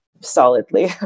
solidly